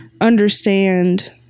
understand